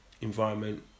environment